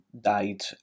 died